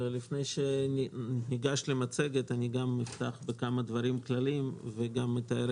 לפני שניגש למצגת אפתח בכמה דברים כלליים וגם אתאר